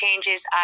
changes